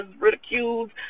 ridiculed